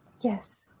Yes